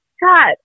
God